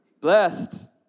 Blessed